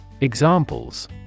Examples